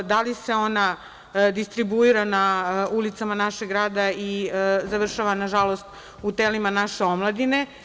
Da li se ona distribuira na ulicama našeg grada i završava, nažalost, u telima naše omladine?